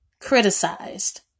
criticized